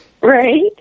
Right